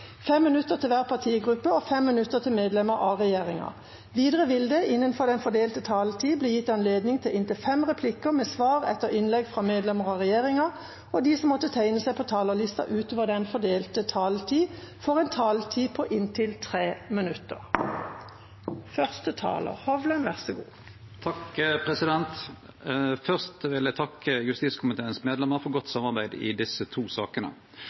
fem replikker med svar etter innlegg fra medlemmer av regjeringa, og de som måtte tegne seg på talerlista utover den fordelte taletid, får en taletid på inntil 3 minutter. Først vil jeg takke komiteen for godt samarbeid om et viktig tema, som omhandler politiets tillit. I